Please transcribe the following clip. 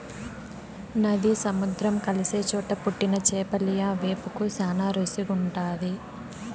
నది, సముద్రం కలిసే చోట పుట్టిన చేపలియ్యి వేపుకు శానా రుసిగుంటాది